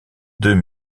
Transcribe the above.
deux